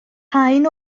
haen